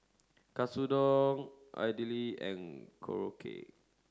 Katsudon Idili and Korokke